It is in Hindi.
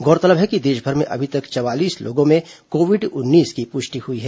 गौरतलब है कि देशभर में अभी तक चवालीस लोगों में कोविड उन्नीस की पुष्टि हुई है